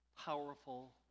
powerful